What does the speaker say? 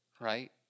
right